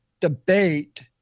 debate